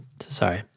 Sorry